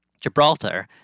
gibraltar